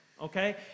okay